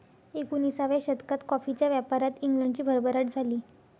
एकोणिसाव्या शतकात कॉफीच्या व्यापारात इंग्लंडची भरभराट झाली